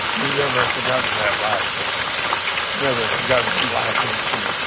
you've never forgotten that laughter. you've never forgotten them laughing at you